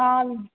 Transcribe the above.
हाँ